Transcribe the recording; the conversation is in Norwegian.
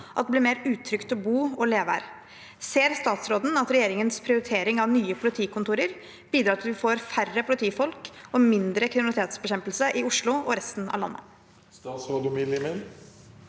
At det blir mer utrygt å bo og leve her». Ser statsråden at regjeringens prioritering av nye politikontorer bidrar til at vi får færre politifolk og mindre kriminalitetsbekjempelse i Oslo og resten av landet?»